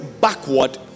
backward